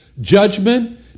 Judgment